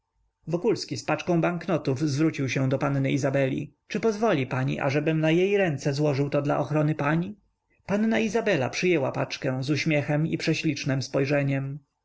wokulski z paczką banknotów zwrócił się do panny izabeli czy pozwoli pani ażebym na jej ręce złożył to dla ochrony pań panna izabela przyjęła paczkę z uśmiechem i prześlicznem spojrzeniem